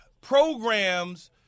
programs